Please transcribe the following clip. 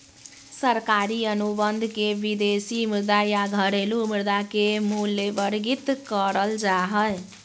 सरकारी अनुबंध के विदेशी मुद्रा या घरेलू मुद्रा मे मूल्यवर्गीत करल जा हय